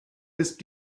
ist